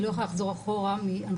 היא לא יכולה לחזור אחורה מהנחיה.